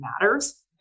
matters